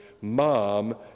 mom